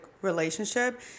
relationship